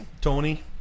Tony